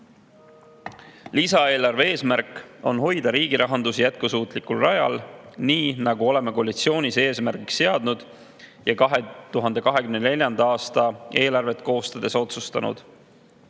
Lisaeelarve eesmärk on hoida riigi rahandus jätkusuutlikul rajal, nii nagu oleme koalitsioonis eesmärgiks seadnud ja 2024. aasta eelarvet koostades otsustanud.